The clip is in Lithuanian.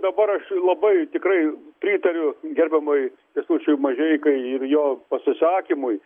dabar aš labai tikrai pritariu gerbiamui kęstučiui mažeikai ir jo pasisakymui